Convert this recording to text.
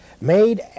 made